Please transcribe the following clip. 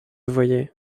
voyait